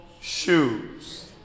shoes